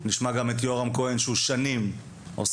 נשמע גם את יורם כהן שהוא שנים עוסק